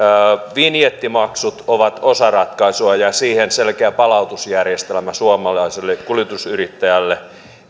vinjettimaksut ovat osa ratkaisua ja siihen selkeä palautusjärjestelmä suomalaiselle kuljetusyrittäjälle